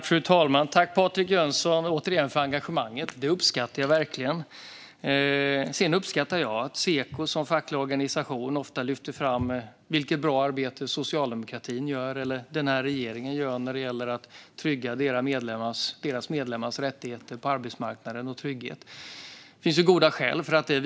Fru talman! Tack återigen, Patrik Jönsson, för engagemanget! Det uppskattar jag verkligen. Jag uppfattar att Seko som facklig organisation ofta lyfter fram vilket bra arbete som socialdemokratin eller regeringen gör när det gäller att trygga deras medlemmars rättigheter och trygghet på arbetsmarknaden. Det finns goda skäl till det.